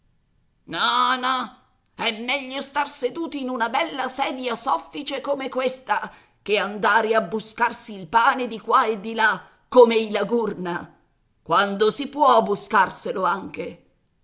no no è meglio star seduti in una bella sedia soffice come questa che andare a buscarsi il pane di qua e di là come i la gurna quando si può buscarselo anche